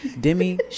Demi